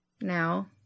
now